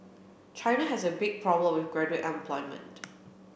China has a big problem with graduate unemployment